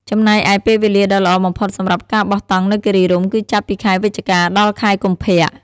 ចំណែកឯ ពេលវេលាដ៏ល្អបំផុតសម្រាប់ការបោះតង់នៅគិរីរម្យគឺចាប់ពីខែវិច្ឆិកា ដល់ ខែកុម្ភៈ។